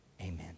amen